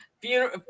funeral